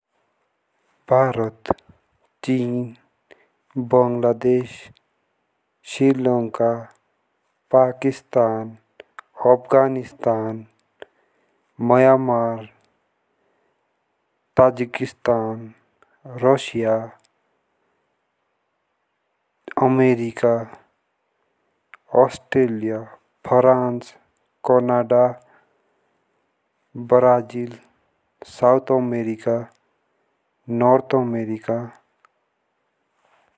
भारत। चीन। Bangladesh. Sri Lanka. Pakistan. Afghanistan. Myanmar. Tajikistan. रूस। America. France. Canada. Brazil. South American. North America.